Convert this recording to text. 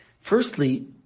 Firstly